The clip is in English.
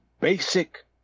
basic